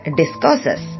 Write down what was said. discourses